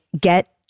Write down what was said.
get